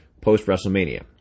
post-WrestleMania